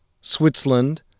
Switzerland